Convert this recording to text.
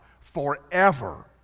forever